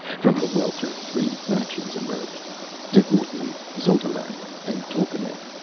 from the welter three factions emerged tecuhltli, xotalanc, and tolkemec.